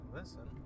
listen